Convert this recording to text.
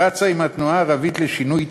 רצה עם התנועה הערבית לשינוי,